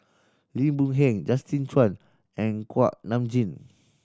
Lim Boon Heng Justin Zhuang and Kuak Nam Jin